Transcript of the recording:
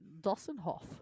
Dossenhof